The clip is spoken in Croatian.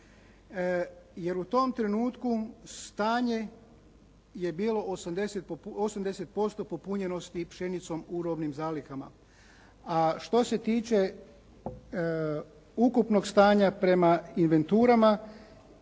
jer u tom trenutku stanje je bilo 80% popunjenosti pšenicom u robnim zalihama. A što se tiče ukupnog stanja prema inventurama